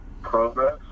progress